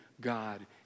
God